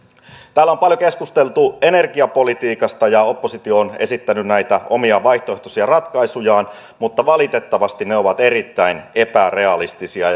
täällä on paljon keskusteltu energiapolitiikasta ja oppositio on esittänyt omia vaihtoehtoisia ratkaisujaan mutta valitettavasti ne ovat erittäin epärealistisia